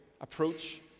approach